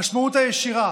המשמעות הישירה